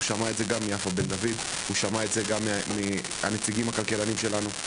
הוא שמע את זה גם מיפה בן דוד וגם מהנציגים הכלכלנים שלנו.